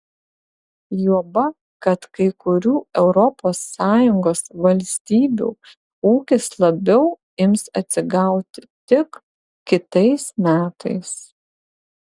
juoba kad kai kurių europos sąjungos valstybių ūkis labiau ims atsigauti tik kitais metais